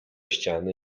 ściany